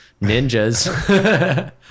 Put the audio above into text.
ninjas